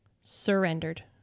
surrendered